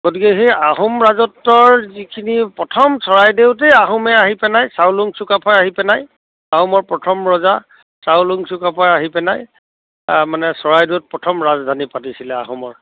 গতিকে সেই আহোম ৰাজত্বৰ যিখিনি প্ৰথম চৰাইদেউতে আহোমে আহিপেনাই চাউলুং চুকাফাই আহিপেনাই আহোমৰ প্ৰথম ৰজা চাউলুং চুকাফাই আহিপেনাই মানে চৰাইদেউত প্ৰথম ৰাজধানী পাতিছিলে আহোমৰ